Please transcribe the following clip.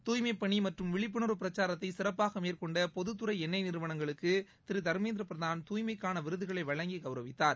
தூய்மைப் பணி மற்றும் விழிப்புணர்வு பிரச்சாரத்தை சிறப்பாக மேற்கொண்ட பொதுத்துறை எண்ணெய் நிறுவனங்களுக்கு திரு தர்மேந்திர பிரதான் தூய்மைக்கான விருதுகளை வழங்கி கௌரவித்தார்